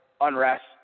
unrest